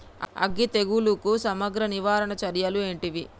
అగ్గి తెగులుకు సమగ్ర నివారణ చర్యలు ఏంటివి?